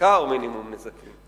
בעיקר מינימום נזקים.